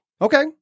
Okay